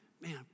Man